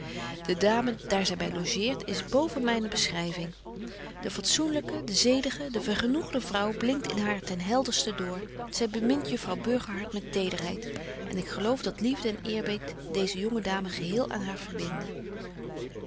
de dame daar zy by logeert is boven myne beschryving de fatsoenlyke de zedige de vergenoegde vrouw blinkt in haar ten heldersten door zy bemint juffrouw betje wolff en aagje deken historie van mejuffrouw sara burgerhart burgerhart met tederheid en ik geloof dat liefde en eerbied deeze jonge dame geheel aan haar verbinden